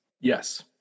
Yes